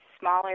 smaller